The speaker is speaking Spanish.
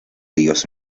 dios